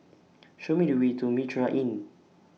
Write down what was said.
Show Me The Way to Mitraa Inn